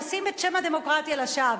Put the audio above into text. נושאים את שם הדמוקרטיה לשווא.